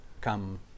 Come